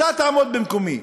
אתה תעמוד במקומי.